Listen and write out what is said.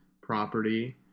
property